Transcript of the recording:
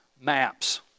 Maps